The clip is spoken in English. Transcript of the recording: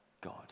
God